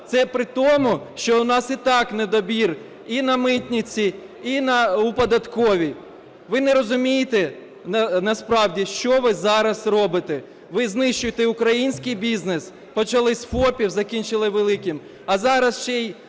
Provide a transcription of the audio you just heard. Це при тому, що у нас і так недобір і на митниці, і у податковій. Ви не розумієте насправді що ви зараз робите. Ви знищуєте український бізнес. Почали з ФОПів, закінчили великим. А зараз ще й